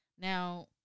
Now